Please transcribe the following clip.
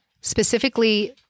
specifically